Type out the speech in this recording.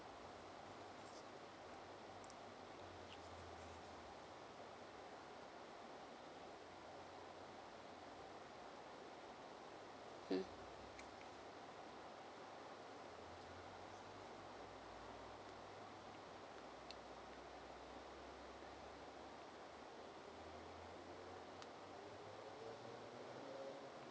mm